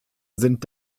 sind